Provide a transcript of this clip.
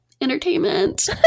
entertainment